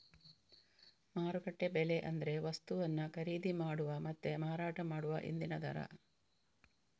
ಮಾರುಕಟ್ಟೆ ಬೆಲೆ ಅಂದ್ರೆ ವಸ್ತುವನ್ನ ಖರೀದಿ ಮಾಡುವ ಮತ್ತೆ ಮಾರಾಟ ಮಾಡುವ ಇಂದಿನ ದರ